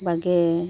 ᱵᱟᱜᱮ